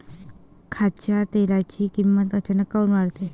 खाच्या तेलाची किमत अचानक काऊन वाढते?